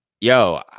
Yo